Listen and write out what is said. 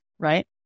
right